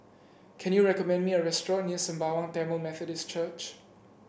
can you recommend me a restaurant near Sembawang Tamil Methodist Church